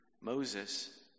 Moses